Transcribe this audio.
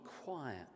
quiet